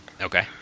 Okay